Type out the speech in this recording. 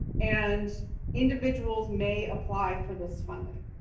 and individuals may apply for this funding.